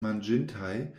manĝintaj